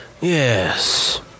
Yes